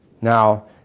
Now